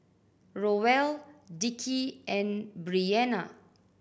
Roel Dickie and Breanna